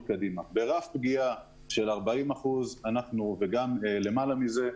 קדימה ברף פגיעה של 40% וגם למעלה מזה,